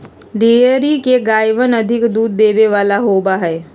dairy के गायवन अधिक दूध देवे वाला होबा हई